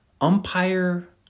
Umpire